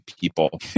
people